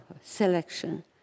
selection